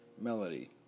melody